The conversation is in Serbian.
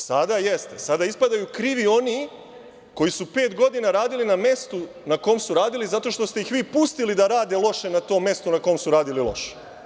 Sada ispadaju krivi oni koji su pet godina radili na mestu na kojem su radili zato što ste ih vi pustili da rade loše na tom mestu na kojem su radili loše.